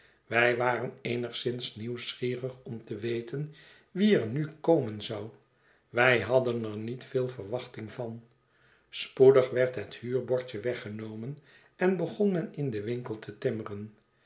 wij waren eenigszins nieuwsgierig om te weten wie er nu komen zou wij hadden er niet veel verwachting van spoedig werd het huurbordje weggenomen en begon men indenwinkel te timmeren